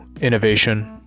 innovation